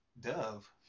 Dove